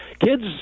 kids